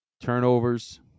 turnovers